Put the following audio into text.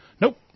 Nope